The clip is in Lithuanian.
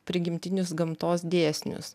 prigimtinius gamtos dėsnius